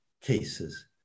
cases